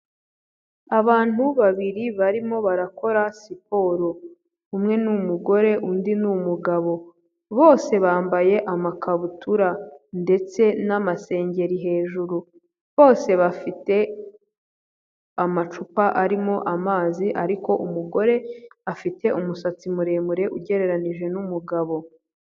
Abantu babiri barimo barakora siporo. Umwe ni umugore, undi ni umugabo. Bose bambaye amakabutura ndetse n'amasengeri hejuru. Bose bafite amacupa arimo amazi, ariko umugore afite umusatsi muremure, ugereranije n'umugabo.